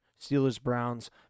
Steelers-Browns